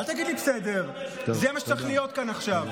אל תגיד לי "בסדר" זה מה שצריך להיות כאן עכשיו.